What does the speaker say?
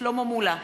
שלמה מולה,